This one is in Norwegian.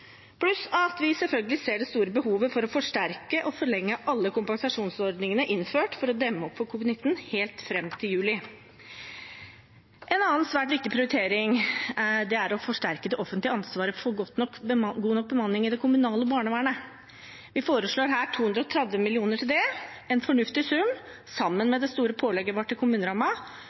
Vi ser selvfølgelig også det store behovet for å forsterke og forlenge alle kompensasjonsordningene som er innført for å demme opp for covid-19, helt fram til juli. En annen svært viktig prioritering er å forsterke det offentlige ansvaret for god nok bemanning i det kommunale barnevernet. Vi foreslår her 230 mill. kr til det, en fornuftig sum, sammen med det store pålegget vårt til